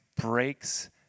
breaks